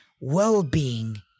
well-being